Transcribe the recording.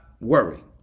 worry